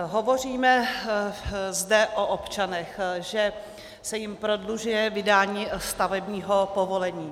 Hovoříme zde o občanech, že se jim prodlužuje vydání stavebního povolení.